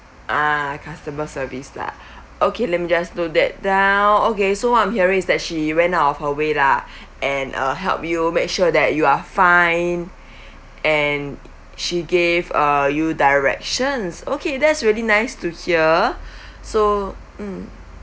uh customer service lah okay let me just note that down okay so I'm hearing is that she went out of her way lah and uh help you make sure that you are fine and she gave uh you directions okay that's really nice to hear so mm